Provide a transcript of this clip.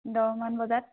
দহমান বজাত